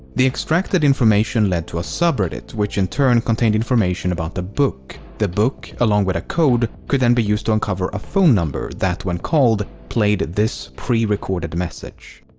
the extracted information lead to a subreddit which in turn contained information about a book. the book along with a code could then be used to uncover a phone number that, when called, played this prerecorded message.